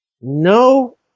No